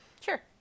Sure